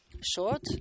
short